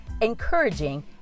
encouraging